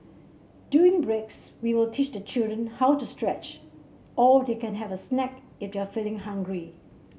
during breaks we will teach the children how to stretch or they can have a snack if they're feeling hungry